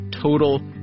Total